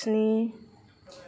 स्नि